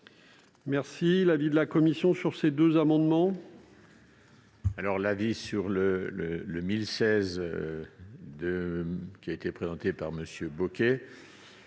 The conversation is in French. est l'avis de la commission sur ces cinq amendements ?